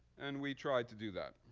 and we tried to do that.